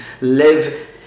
live